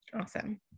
Awesome